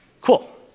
Cool